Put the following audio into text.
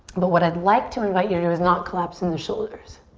but what i'd like to invite you to do is not collapse in the shoulders.